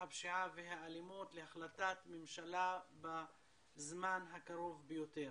הפשיעה והאלימות להחלטת ממשלה בזמן הקרוב ביותר.